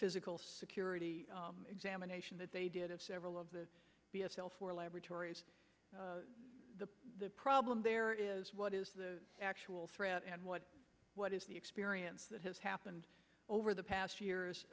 physical security examination that they did have several of the b s l for laboratories the problem there is what is the actual threat and what what is the experience that has happened over the past two years